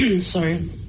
Sorry